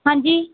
ਹਾਂਜੀ